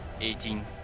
eighteen